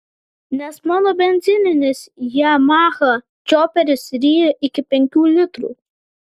nes mano benzininis yamaha čioperis ryja iki penkių litrų